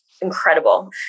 incredible